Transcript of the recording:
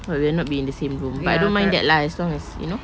but we will not be in the same room but I don't mind that lah as long as you know